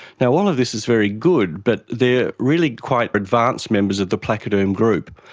now all of this is very good but they are really quite advanced members of the placoderm group.